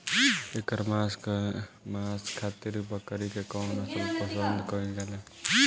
एकर मांस खातिर बकरी के कौन नस्ल पसंद कईल जाले?